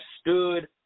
stood